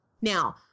Now